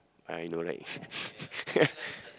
I know right